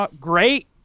great